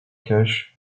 cash